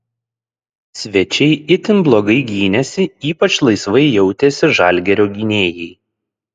svečiai itin blogai gynėsi ypač laisvai jautėsi žalgirio gynėjai